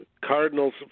Cardinals